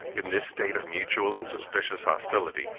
in this state of mutual and suspicious hostility,